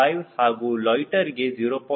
5 ಹಾಗೂ ಲೊಯ್ಟ್ಟೆರ್ಗೆ 0